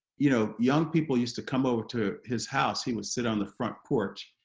you know, young people used to come over to his house he would sit on the front porch,